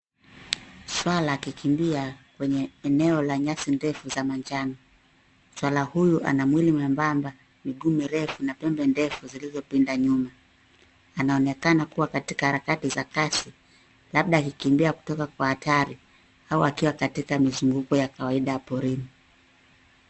Swara akikimbia kwenye eneo la nyasi ndefu za manjano. Swara huyu ana mwili mwembamba, miguu mirefu na pembe ndefu zilizopinda nyuma. Anaonekana kuwa katika harakati za kasi labda kukimbia kutoka kwa hatari au akiwa katika mizunguko ya kawaida ya porini.